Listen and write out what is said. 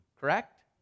correct